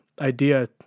idea